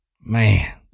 Man